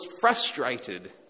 frustrated